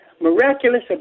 miraculous